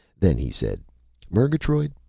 then he said murgatroyd,